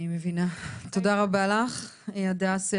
אני מבינה, תודה רבה לך הדס.